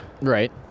Right